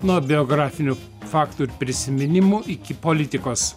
nuo biografinių faktų ir prisiminimų iki politikos